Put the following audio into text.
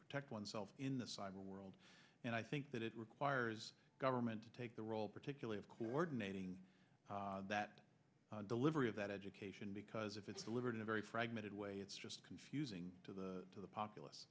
protect oneself in the cyber world and i think that it requires government to take the role particularly of coordinating that delivery of that education because if it's delivered in a very fragmented way it's just confusing to the